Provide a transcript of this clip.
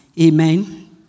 Amen